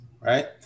right